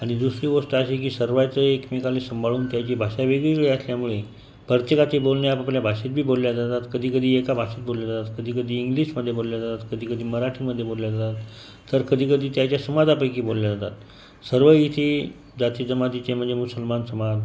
आणि दुसरी गोष्ट अशी की सर्वांची एकमेकांना सांभाळून घ्यायची भाषा वेगवेगळी असल्यामुळे प्रत्येकाचे बोलणे आपापल्या भाषेत बी बोलले जातात कधी कधी एका भाषेत बोलले जातात कधी कधी इंग्लिशमध्ये बोलले जातात कधी कधी मराठीमध्ये बोलले जातात तर कधी कधी त्याच्या समाजापैकी बोलल्या जातात सर्व इथे जातीजमातीचे म्हणजे मुसलमान समाज